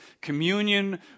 communion